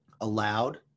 allowed